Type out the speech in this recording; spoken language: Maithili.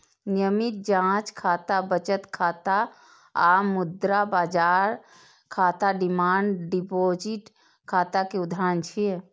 नियमित जांच खाता, बचत खाता आ मुद्रा बाजार खाता डिमांड डिपोजिट खाता के उदाहरण छियै